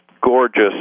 gorgeous